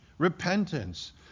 Repentance